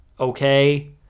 Okay